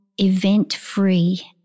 event-free